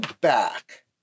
back